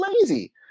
lazy